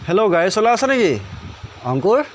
hello গাড়ী চলা আছ নেকি অংকুৰ